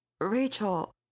Rachel